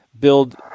build